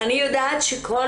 אני יודעת שכל